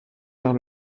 vers